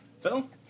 Phil